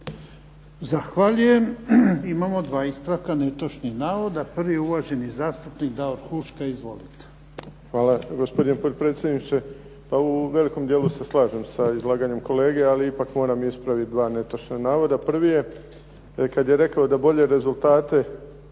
Zahvaljujem. Imamo dva ispravka netočnog navoda. Prvi je uvaženi zastupnik Davor Huška. Izvolite. **Huška, Davor (HDZ)** Hvala gospodine potpredsjedniče. Pa u velikom dijelu se slažem sa izlaganjem kolege ali ipak moram ispraviti dva netočna navoda. Prvi je kada je rekao da bolje rezultate